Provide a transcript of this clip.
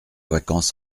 vacances